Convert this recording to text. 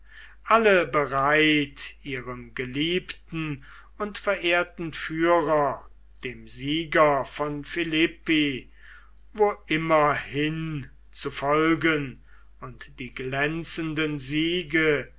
alle bereit ihrem geliebten und verehrten führer dem sieger von philippi wo immer hin zu folgen und die glänzenden siege